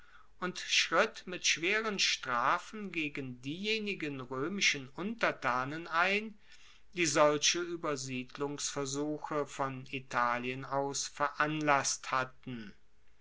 und schritt mit schweren strafen gegen diejenigen roemischen untertanen ein die solche uebersiedlungsversuche von italien aus veranlasst hatten